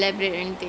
mm